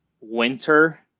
winter